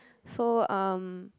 so um